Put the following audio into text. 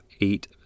eight